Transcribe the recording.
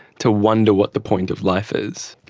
to wonder what the point of life is.